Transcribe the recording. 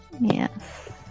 Yes